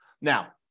Now